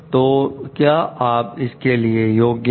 तो क्या आप इसके लिए योग्य हैं